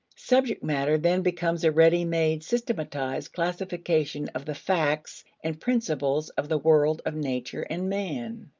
subject matter then becomes a ready-made systematized classification of the facts and principles of the world of nature and man.